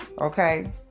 Okay